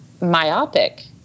myopic